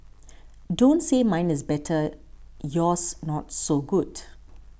don't say mine is better yours not so good